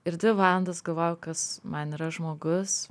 ir dvi valandas galvojau kas man yra žmogus